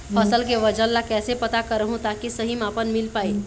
फसल के वजन ला कैसे पता करहूं ताकि सही मापन मील पाए?